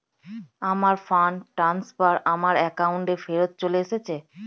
আমার fund transfer আমার অ্যাকাউন্টেই ফেরত চলে এসেছে